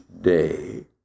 day